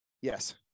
Yes